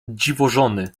dziwożony